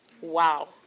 Wow